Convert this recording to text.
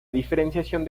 diferenciación